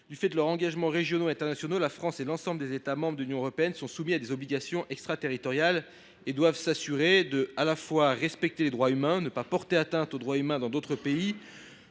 Du fait de leurs engagements régionaux et internationaux, la France et l’ensemble des États membres de l’Union européenne sont soumis à des obligations extraterritoriales et doivent s’assurer à la fois de respecter les droits humains et de ne pas porter atteinte aux droits humains dans d’autres pays